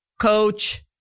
coach